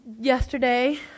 yesterday